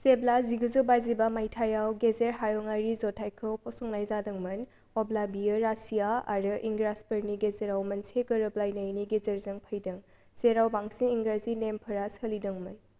जेब्ला जिगुजौ बाजिबा मायथाइयाव गेजेर हायुङारि जथायखौ फसंनाय जादोंमोन अब्ला बियो रासिया आरो इंराजफोरनि गेजेराव मोनसे गोरोबलायनायनि गेजेरजों फैदों जेराव बांसिन इंराजि नेमफोरा सोलिदोंमोन